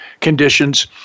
conditions